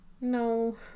no